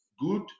good